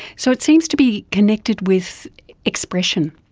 so it seems to be connected with expression.